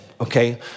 okay